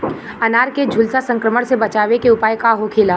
अनार के झुलसा संक्रमण से बचावे के उपाय का होखेला?